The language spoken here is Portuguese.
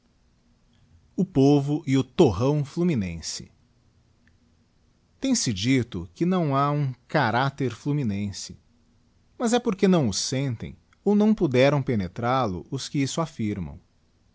o povo e o torrão fluminense tem se dicto que não ha um caracter fluminen se mas é porque não o sentem ou não puderam penetral o os que isso afirmam